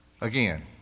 again